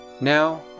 Now